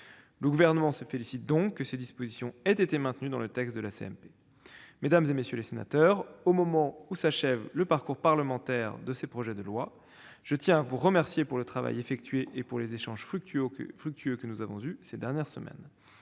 Le Gouvernement se félicite donc que ces dispositions aient été maintenues dans le texte de la commission mixte paritaire. Mesdames, messieurs les sénateurs, au moment où s'achève le parcours parlementaire de ces projets de loi, je tiens à vous remercier pour le travail effectué et pour les échanges fructueux que nous avons eus ces dernières semaines.